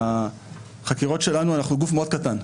אנחנו גוף מאוד קטן,